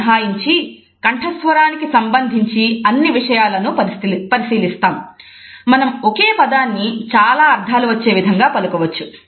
మనం ఒకే పదాన్ని చాలా అర్థాలు వచ్చే విధంగా పలుకవచ్చు